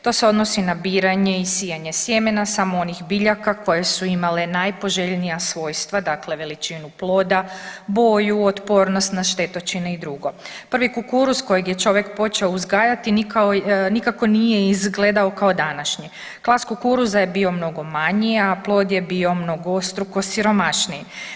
To se odnosi na biranje i sijanje sjemena samo onih biljaka koje su imale najpoželjnija svojstva, dakle veličinu ploda, boju, otpornost na štetočine i dr. Prvi kukuruz kojeg je čovjek počeo uzgajati nikako nije izgledao kao današnji, klas kukuruza bio je mnogo manji, a plod je bio mnogostruko siromašniji.